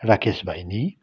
राकेस भाइ नि